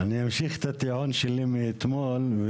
אמשיך את הטיעון שלי מאתמול.